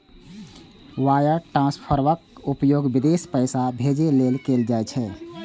wire ट्रांसफरक उपयोग विदेश पैसा भेजै लेल कैल जाइ छै